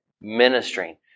ministering